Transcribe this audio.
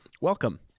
welcome